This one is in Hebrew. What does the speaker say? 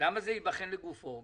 למה זה ייבחן לגופו?